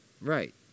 Right